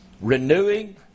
renewing